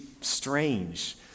strange